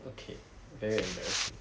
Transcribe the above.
okay very embarrassing